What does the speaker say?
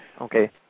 Okay